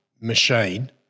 machine